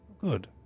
Good